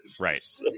right